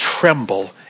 tremble